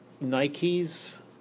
Nike's